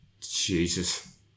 Jesus